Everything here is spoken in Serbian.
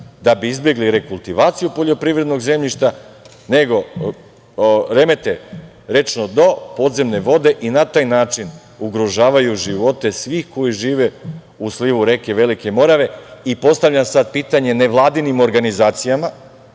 da bi izbegli rekultivaciju poljoprivrednog zemljišta, nego remete rečno dno, podzemne vode i na taj način ugrožavaju živote svih koji žive u slivu reke Velike Morave. Postavljam sad pitanje nevladinim organizacijama,